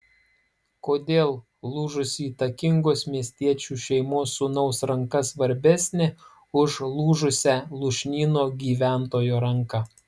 kodėl lūžusi įtakingos miestiečių šeimos sūnaus ranka svarbesnė už lūžusią lūšnyno gyventojo ranką